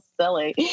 silly